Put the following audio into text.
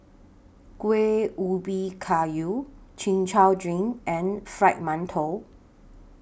Kuih Ubi Kayu Chin Chow Drink and Fried mantou